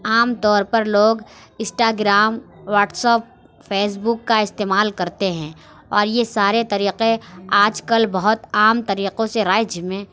عام طور پر لوگ Instagram WhatsApp Facebook کا استعمال کرتے ہیں اور یہ سارے طریقے آج کل بہت عام طریقوں سے رائج میں